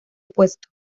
puesto